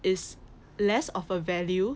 is less of a value